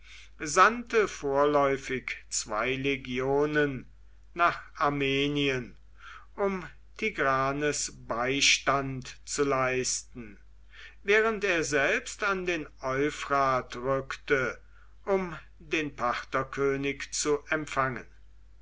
sandte vorläufig zwei legionen nach armenien um tigranes beistand zu leisten während er selbst an den euphrat rückte um den partherkönig zu empfangen